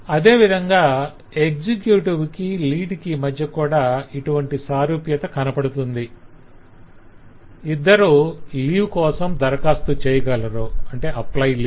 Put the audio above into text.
అదేవిధంగా ఎక్సెక్యుటివ్ కి లీడ్ కి మధ్య కూడా ఇటువంటి సారూప్యత కనపడుతుంది - ఇద్దరూ లీవ్ కోసం దరఖాస్తు చేయగలరు 'apply leave'